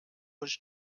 was